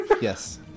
Yes